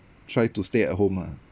try to stay at home ah